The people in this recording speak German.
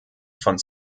von